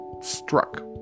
struck